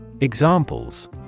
Examples